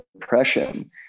depression